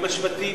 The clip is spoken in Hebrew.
עם השבטים,